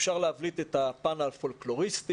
אפשר להבליט את הפן הפולקלוריסטי,